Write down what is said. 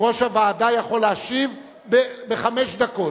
ראש הוועדה, ראש הוועדה יכול להשיב בחמש דקות,